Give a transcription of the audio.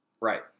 Right